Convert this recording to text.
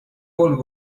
world